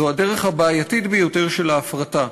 זו הדרך הבעייתית ביותר של ההפרטה.